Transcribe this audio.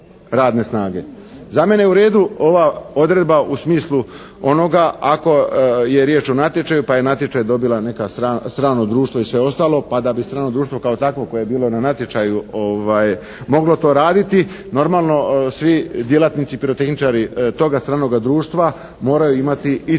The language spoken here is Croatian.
Za mene je u redu ova odredba u smislu onoga, ako je riječ o natječaju, pa je natječaj dobila neko strano društvo i ostalo, pa da bi strano društvo kao takvo koje je bilo na natječaju moglo to raditi. Normalno, svi djelatnici pirotehničari toga stranoga društva moraju imati i certifikat